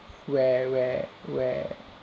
where where where